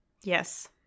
Yes